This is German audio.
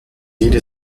jede